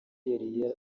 yari